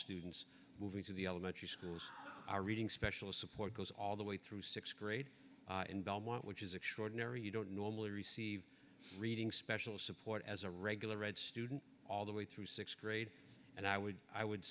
students moving to the elementary school our reading special support goes all the way through sixth grade in belmont which is extraordinary you don't normally receive reading special support as a regular read student all the way through sixth grade and i would i would